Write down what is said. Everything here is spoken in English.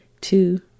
two